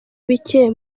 bicye